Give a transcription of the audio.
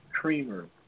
Creamer